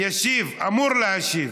אמור להשיב